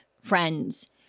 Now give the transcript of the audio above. friends